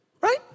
Right